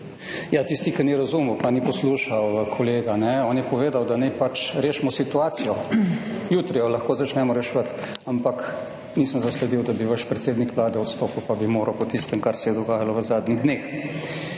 Ja, tisti, ki ni razumel, pa ni poslušal kolega, on je povedal, da naj pač rešimo situacijo. Jutri jo lahko začnemo reševati. Ampak nisem zasledil, da bi vaš predsednik Vlade odstopil, pa bi moral po tistem, kar se je dogajalo v zadnjih dneh.